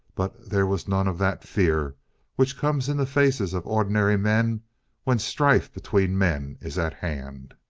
but there was none of that fear which comes in the faces of ordinary men when strife between men is at hand.